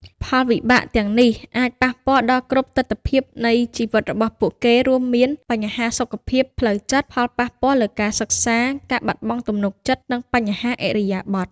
ផលវិបាកទាំងនេះអាចប៉ះពាល់ដល់គ្រប់ទិដ្ឋភាពនៃជីវិតរបស់ពួកគេ រួមមាន បញ្ហាសុខភាពផ្លូវចិត្ត ផលប៉ះពាល់លើការសិក្សា ការបាត់បង់ទំនុកចិត្ត និងបញ្ហាឥរិយាបថ។